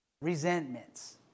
resentments